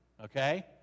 Okay